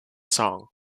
song